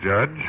judge